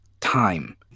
time